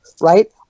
right